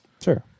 Sure